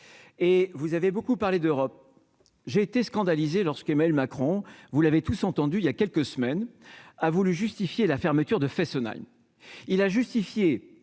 et vous avez beaucoup parlé d'Europe, j'ai été scandalisé lorsqu'ml Macron vous l'avez tous entendu il y a quelques semaines, a voulu justifier la fermeture de Fessenheim, il a justifié.